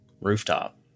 rooftop